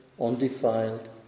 undefiled